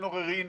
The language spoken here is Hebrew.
אין עוררין,